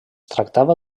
tractava